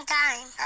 time